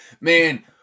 man